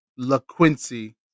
LaQuincy